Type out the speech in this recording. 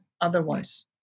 otherwise